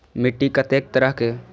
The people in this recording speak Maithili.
मिट्टी कतेक तरह के?